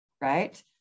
right